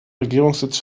regierungssitz